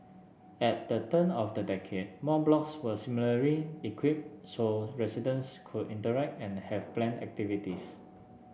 at the turn of the decade more blocks were similarly equipped so residents could interact and have planned activities